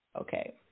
Okay